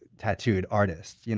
tattooed artist. you know